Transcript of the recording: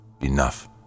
Enough